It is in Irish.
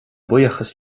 buíochas